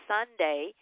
Sunday